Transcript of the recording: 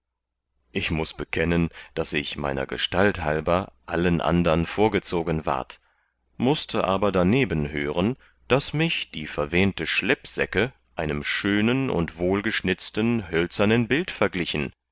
ich muß bekennen daß ich meiner gestalt halber allen andern vorgezogen ward mußte aber darneben hören daß mich die verwehnte schleppsäcke einem schönen und wohlgeschnitzten hölzernen bild verglichen